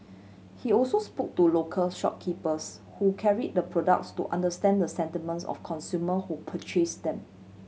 he also spoke to local shopkeepers who carry the products to understand the sentiments of consumer who purchase them